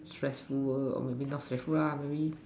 stressful err maybe not lah maybe